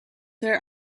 their